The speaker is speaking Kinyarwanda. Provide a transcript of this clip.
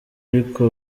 ariko